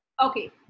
Okay